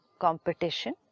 competition